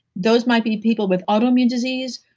those might be people with autoimmune disease,